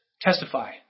testify